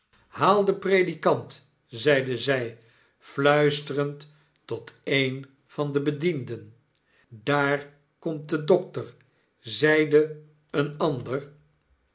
haal den predikant zeide zy fluisterend tot een van de bedienden daar komt de dokter zeide een ander